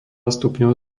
stupňov